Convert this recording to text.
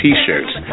T-Shirts